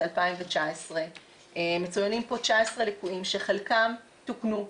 2019. מצוינים פה 19 ליקויים שחלקם תוקנו,